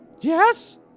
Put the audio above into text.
Yes